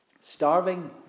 Starving